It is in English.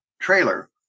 trailer